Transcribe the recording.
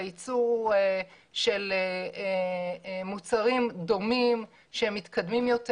לייצור של מוצרים דומים שמתקדמים יותר,